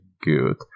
good